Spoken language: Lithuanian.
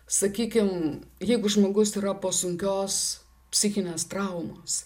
sakykim jeigu žmogus yra po sunkios psichinės traumos